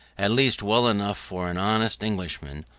at least well enough for an honest englishman,